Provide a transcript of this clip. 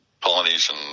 Polynesian